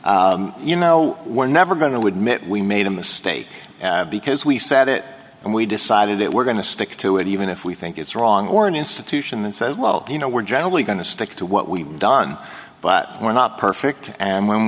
says you know we're never going to admit we made a mistake because we sat it and we decided it we're going to stick to it even if we think it's wrong or an institution that says well you know we're generally going to stick to what we've done but we're not perfect and when